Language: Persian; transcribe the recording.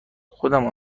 خودم